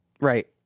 Right